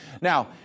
Now